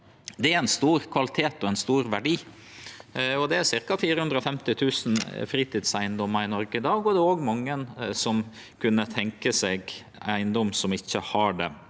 Det er ein stor kvalitet og ein stor verdi. Det er ca. 450 000 fritidseigedomar i Noreg i dag, og det er òg mange som kunne tenkje seg eigedom, som ikkje har det.